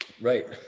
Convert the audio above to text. Right